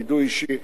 וידוי אישי,